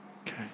Okay